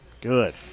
Good